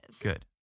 Good